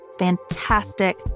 fantastic